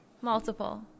Multiple